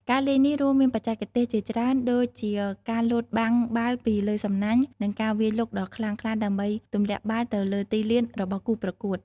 ការលេងនេះរួមមានបច្ចេកទេសជាច្រើនដូចជាការលោតបាំងបាល់ពីលើសំណាញ់ និងការវាយលុកដ៏ខ្លាំងក្លាដើម្បីទម្លាក់បាល់ទៅលើទីលានរបស់គូប្រកួត។